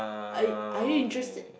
are you are you interested